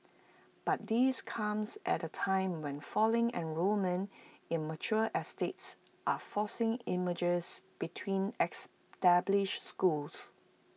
but this comes at A time when falling enrolment in mature estates are forcing mergers between established schools